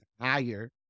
higher